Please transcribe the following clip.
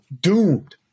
doomed